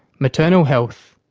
maternal health,